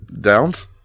Downs